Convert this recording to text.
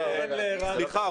סליחה,